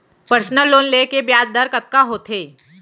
Personal loan ले के ब्याज दर कतका होथे?